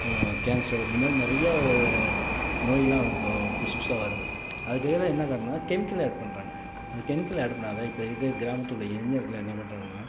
cancer இந்த மாதிரி நிறையா நோய் எல்லாம் இப்போ புதுசு புதுசாக வருது அதுக்கெல்லாம் என்ன காரணம்ன்னா கெமிக்கல் ஆட் பண்ணுறாங்க அந்த கெமிக்கல் ஆட் பண்ணாத இப்போ இருக்கிற கிராமத்தில் உள்ள இளைஞர்கள் எல்லாம் என்ன பண்ணுறாங்கன்னா